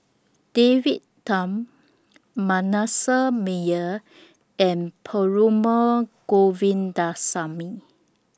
David Tham Manasseh Meyer and Perumal